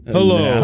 Hello